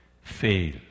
fail